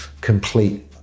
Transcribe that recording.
complete